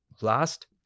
last